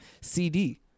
CD